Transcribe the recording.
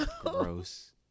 Gross